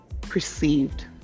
perceived